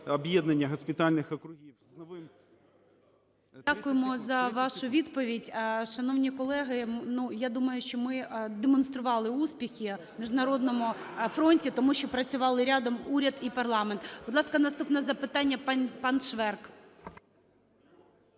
Дякуємо за вашу відповідь. Шановні колеги, я думаю, що ми демонстрували успіхи в міжнародному фронті, тому що працювали рядом уряд і парламент. Будь ласка, наступне запитання пан Шверк.